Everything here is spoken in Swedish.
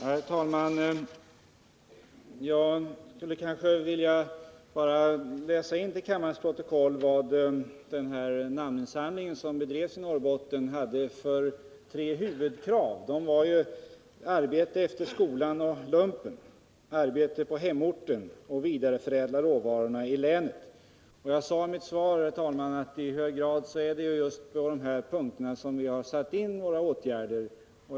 Herr talman! Jag skulle bara vilja läsa in till kammarens protokoll de tre huvudkraven vid namninsamlingen i Norrbotten. Dessa var: arbete efter skolan och lumpen, arbete på hemorten och vidareförädling av råvarorna i länet. Jag sade i mitt svar, herr talman, att det i hög grad är just på de här punkterna som vi har satt in våra åtgärder.